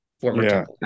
former